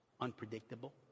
unpredictable